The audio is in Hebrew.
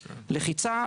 לחיצה,